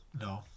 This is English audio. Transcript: No